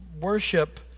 worship